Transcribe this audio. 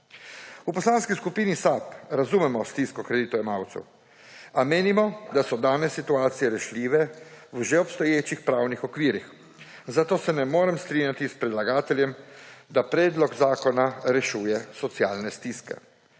V Poslanski skupini SAB razumemo stisko kreditojemalcev, a menimo, da so dane situacije rešljive v že obstoječih pravnih okvirih, zato se ne moremo strinjati s predlagateljem, da predlog zakona rešuje socialne stiske.